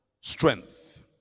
strength